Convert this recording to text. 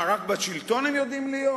מה, רק בשלטון הם יודעים להיות?